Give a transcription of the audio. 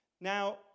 Now